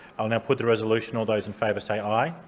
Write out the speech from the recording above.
i will now put the resolution. all those in favour say aye.